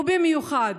ובמיוחד